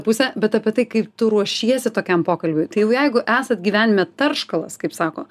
pusę bet apie tai kaip tu ruošiesi tokiam pokalbiui tai jau jeigu esat gyvenime tarškalas kaip sako